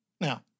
Now